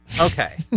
Okay